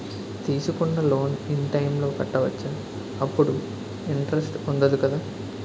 తీసుకున్న loan in time లో కట్టవచ్చ? అప్పుడు ఇంటరెస్ట్ వుందదు కదా?